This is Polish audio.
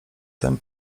tym